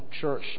church